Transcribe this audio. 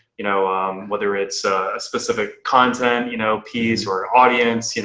you know um whether it's a specific content you know piece or audience, you know